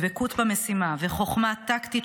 דבקות במשימה וחוכמה טקטית,